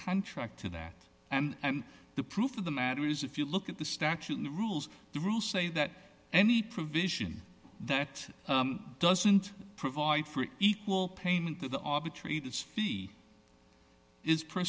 contract to that and the proof of the matter is if you look at the statute the rules the rules say that any provision that doesn't provide for equal payment to the arbitrators fee is per